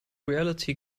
reality